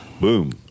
boom